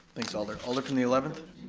thanks alder, alder from the eleventh.